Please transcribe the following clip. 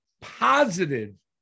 positive